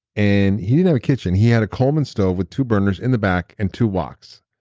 and he didn't have a kitchen. he had a coleman stove with two burners in the back and two woks.